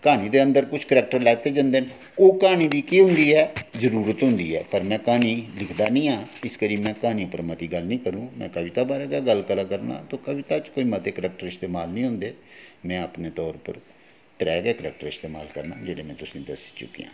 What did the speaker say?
क्हानी दे अंदर कुछ करैक्टर लैते जंदे न ओह् क्हानी दी केह् होंदी ऐ जरूरत होंदी ऐ पर में क्हानी लिखदा नी ऐ इस करी में क्हानी पर मती गल्ल नीं करङ में कविता बारै गै गल्ल करा करना कविता च मते करैक्टर इस्तेमाल नी होंदे में अपने तौर पर त्रैऽ गै करैक्टर इस्तेमाल करा करना जेह्ड़े में तुसेंगी दस्सी चुकेआं